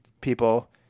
people